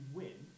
win